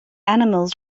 animals